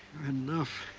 enough.